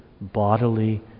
bodily